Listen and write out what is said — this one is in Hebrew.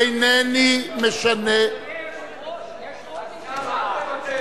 אינני משנה, אדוני היושב-ראש, יש עוד מישהו בעד.